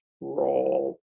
role